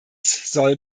soll